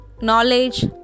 knowledge